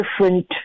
different